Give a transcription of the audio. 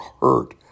hurt